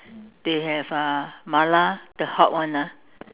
they have uh mala the hot one ah